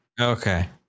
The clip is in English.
Okay